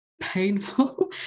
painful